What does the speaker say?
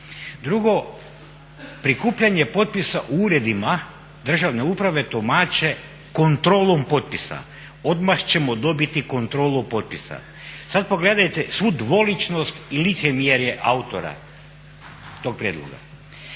Drugo, prikupljanje potpisa u Uredima državne uprave tumače kontrolom potpisa, odmah ćemo dobiti kontrolu potpisa. Sad pogledajte svu dvoličnost i licemjerje autora tog prijedloga.